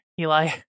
Eli